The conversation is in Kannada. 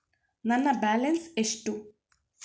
ನನ್ನ ಬ್ಯಾಲೆನ್ಸ್ ಎಷ್ಟು?